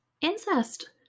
Incest